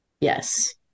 Yes